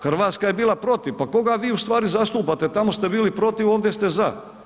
Hrvatska je bila protiv, pa koga vi ustvari zastupate, tamo ste bili protiv, ovdje ste za.